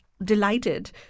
delighted